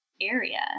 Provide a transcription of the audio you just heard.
area